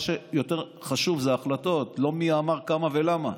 מה שיותר חשוב זה ההחלטות ולא מי אמר כמה ולמה,